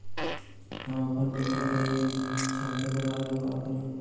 हम अपना मिट्टी के झमता बढ़ाबे ला का करी?